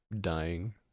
dying